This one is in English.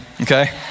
okay